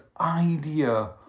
idea